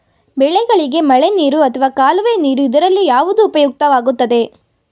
ಬೆಳೆಗಳಿಗೆ ಮಳೆನೀರು ಅಥವಾ ಕಾಲುವೆ ನೀರು ಇದರಲ್ಲಿ ಯಾವುದು ಉಪಯುಕ್ತವಾಗುತ್ತದೆ?